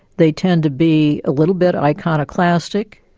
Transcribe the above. they tend to be a little bit iconoclastic,